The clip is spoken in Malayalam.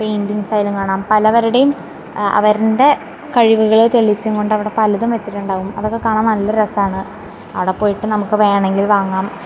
പൈൻറ്റിങ്സായാലും കാണാം പലവരുടേയും അവര്ൻറ്റെ കഴിവുകള് തെളിയിച്ചും കൊണ്ട് അവിടെ പലതും വെച്ചിട്ടുണ്ടാകും അതൊക്കെ കാണാൻ നല്ല രസമാണ് അവിടെ പോയിട്ട് നമുക്ക് വേണമെങ്കിൽ വാങ്ങാം